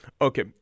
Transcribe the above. Okay